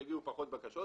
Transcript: יגיעו פחות בקשות,